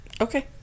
Okay